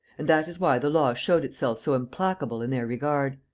and that is why the law showed itself so implacable in their regard.